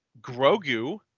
Grogu